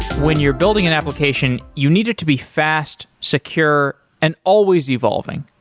when you're building an application, you need it to be fast, secure and always evolving.